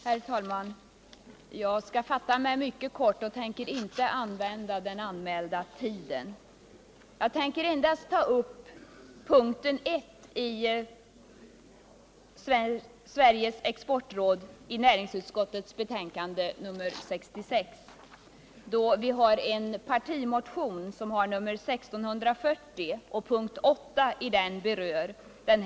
Herr talman! Jag skall fatta mig mycket kort och tänker inte använda den anmälda tiden. Jag tänker endast ta upp punkten 1. Sveriges exportråd i näringsutskottets betänkande nr 66, då punkten 8 i vär partimotion, nr 1640, berör den delen.